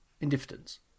Indifference